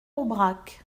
aubrac